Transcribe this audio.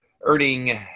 earning